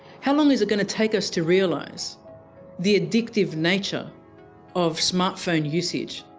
how long is it going to take us to realise the addictive nature of smartphone usage?